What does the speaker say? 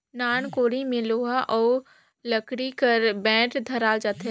नान कोड़ी मे लोहा अउ लकरी कर बेठ धराल जाथे